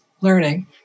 learning